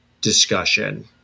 discussion